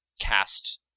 cast